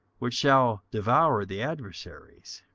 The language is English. which shall devour the adversaries.